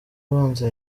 abanza